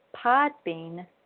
Podbean